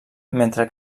mentre